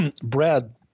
Brad